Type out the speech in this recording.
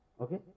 Okay